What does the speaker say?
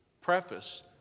preface